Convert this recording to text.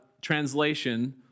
translation